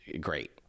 great